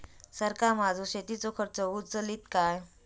सरकार माझो शेतीचो खर्च उचलीत काय?